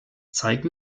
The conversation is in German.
zeige